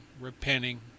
repenting